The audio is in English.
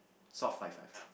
soft high five